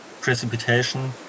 precipitation